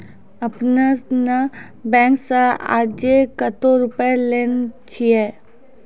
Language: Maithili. आपने ने बैंक से आजे कतो रुपिया लेने छियि?